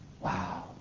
Wow